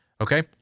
okay